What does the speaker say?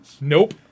Nope